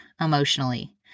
emotionally